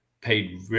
paid